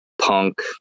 punk